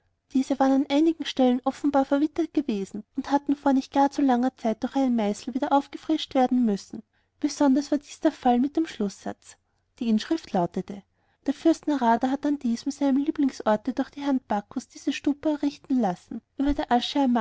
diese waren an einigen stellen offenbar verwittert gewesen und hatten vor nicht gar zu langer zeit durch den meißel wieder aufgefrischt werden müssen besonders war dies der fall mit dem schlußsatz die inschrift lautete der fürst narada hat an diesem seinem lieblingsorte durch die hand bakus diese stupa errichten lassen über der